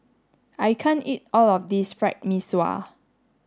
I can't eat all of this fried Mee Sua